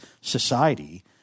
society